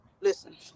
listen